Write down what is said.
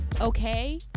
Okay